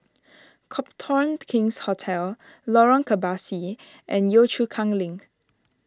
Copthorne King's Hotel Lorong Kebasi and Yio Chu Kang Link